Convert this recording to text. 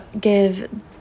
give